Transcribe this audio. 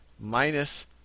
minus